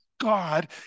God